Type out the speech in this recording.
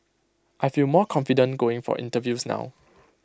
I feel more confident going for interviews now